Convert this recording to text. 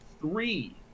three